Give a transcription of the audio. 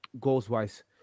goals-wise